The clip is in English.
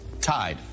tied